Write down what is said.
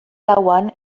lauan